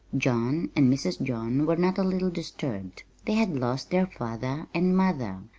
john and mrs. john were not a little disturbed they had lost their father and mother.